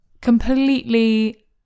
Completely